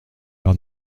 par